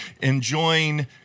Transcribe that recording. enjoying